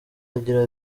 agira